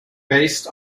based